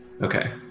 Okay